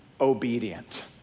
obedient